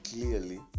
clearly